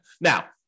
Now